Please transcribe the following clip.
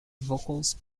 vocals